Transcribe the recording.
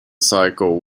cycle